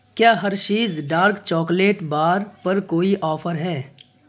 کیا Hershey's dark chocolate bar پر کوئی آفر ہے